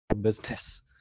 business